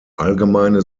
allgemeine